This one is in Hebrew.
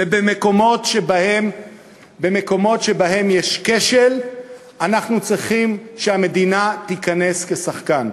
במקומות שבהם יש כשל אנחנו צריכים שהמדינה תיכנס כשחקן.